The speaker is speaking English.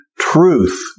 Truth